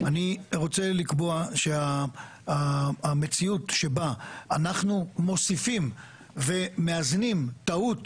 אני רוצה לקבוע שהמציאות שבה אנחנו מוסיפים ומאזנים טעות